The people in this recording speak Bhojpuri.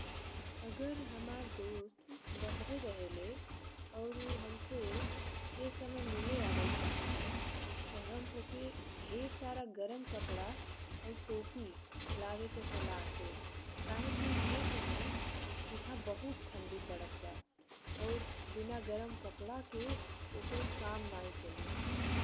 अगर हमार दोस्त बाहर रहलें अउर उ हमसे ई समय मिले आवल चाहती, ते हम ओके ढेर सारा गरम कपड़ा और टोपी लेवे के सलाह देब काहे कि ई समय एह बहुत ठंडी पड़त बा। अऊर बिना गरम कपड़ा के ओकर काम नाहीं चली।